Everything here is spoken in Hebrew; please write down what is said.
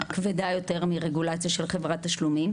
כבדה יותר מרגולציה של חברת תשלומים.